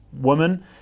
woman